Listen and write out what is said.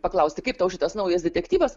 paklausti kaip tau šitas naujas detektyvas